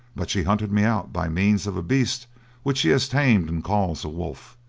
but she hunted me out by means of a beast which she has tamed and calls a wolf,